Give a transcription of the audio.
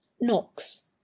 Knocks